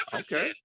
okay